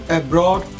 abroad